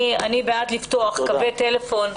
אני בעד לפתוח קווי טלפון.